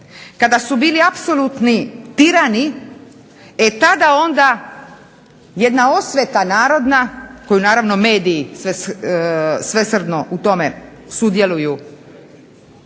kada su bili apsolutni tirani, e tada onda jedna osveta narodna koju naravno mediji svesrdno u tome sudjeluju